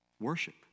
Worship